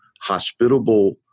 hospitable